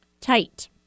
tight